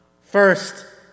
First